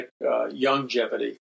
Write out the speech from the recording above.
longevity